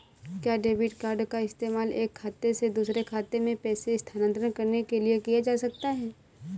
क्या debit card का इस्तेमाल एक खाते से दूसरे खाते में पैसे स्थानांतरण करने के लिए किया जा सकता है?